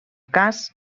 cas